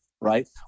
right